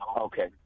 Okay